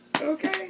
okay